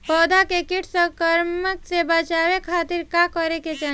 पौधा के कीट संक्रमण से बचावे खातिर का करे के चाहीं?